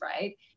right